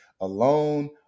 alone